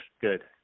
Good